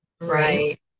Right